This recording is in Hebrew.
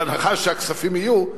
בהנחה שהכספים יהיו,